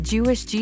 Jewish